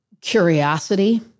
curiosity